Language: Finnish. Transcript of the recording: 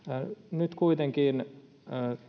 nyt kuitenkin